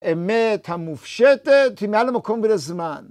אמת המופשטת מעל המקום ולזמן.